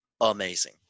amazing